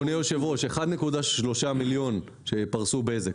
1.3 מיליון שפרסו בזק.